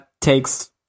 takes